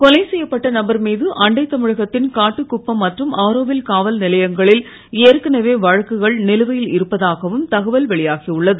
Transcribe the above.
கொலை செய்யப்பட்ட நபர் மீது அண்டை தமிழகத்தின் காட்டுக்குப்பம் மற்றும் ஆரோவில் காவல் நிலையங்களில் ஏற்கனவே வழக்குகள் நிலுவையில் இருப்பதாகவும் தகவல் வெளியாகி உள்ளது